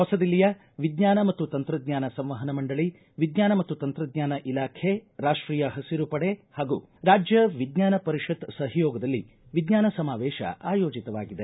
ಹೊಸದಿಲ್ಲಿಯ ವಿಜ್ಞಾನ ಮತ್ತು ತಂತ್ರಜ್ಞಾನ ಸಂವಹನ ಮಂಡಳಿ ವಿಜ್ಞಾನ ಮತ್ತು ತಂತ್ರಜ್ಞಾನ ಇಲಾಖೆ ರಾಷ್ಟೀಯ ಹಸಿರು ಪಡೆ ಹಾಗೂ ರಾಜ್ಯ ವಿಜ್ಞಾನ ಪರಿಷತ್ ಸಹಯೋಗದಲ್ಲಿ ವಿಜ್ಞಾನ ಸಮಾವೇಶ ಆಯೋಜಿತವಾಗಿದೆ